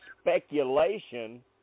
speculation